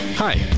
Hi